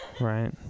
Right